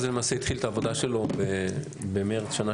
הצוות הזה למעשה התחיל את העבודה שלו במרס שנה